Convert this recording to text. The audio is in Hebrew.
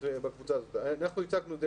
אנחנו הצגנו את זה.